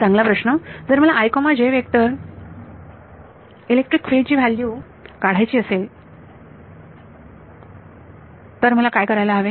चांगला प्रश्न जर मला व्हेक्टर इलेक्ट्रिक फिल्ड ची व्हॅल्यू काढायची असेल तर मला काय करायला हवे